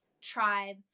tribe